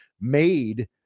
made